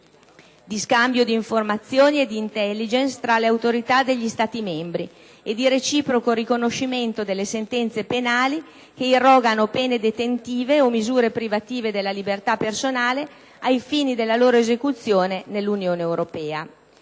di scambio di informazioni e di *intelligence* tra le autorità degli Stati membri e di reciproco riconoscimento delle sentenze penali che irrogano pene detentive o misure privative della libertà personale, ai fini della loro esecuzione nell'Unione europea.